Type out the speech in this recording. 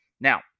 Now